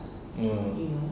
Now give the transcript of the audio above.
mm